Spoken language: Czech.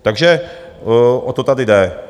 Takže o to tady jde.